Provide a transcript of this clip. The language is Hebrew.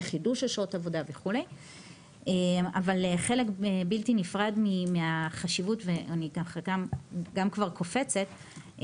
לחידוש אשרות עבודה אבל חלק בלתי נפרד מהחשיבות ואני גם כבר קופצת,